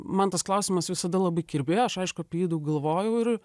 man tas klausimas visada labai kirbėjo aš aišku apie jį daug galvojau ir